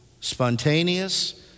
spontaneous